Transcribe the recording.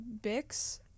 Bix